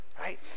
Right